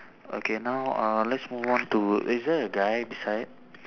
okay now uh let's move on to is there a guy beside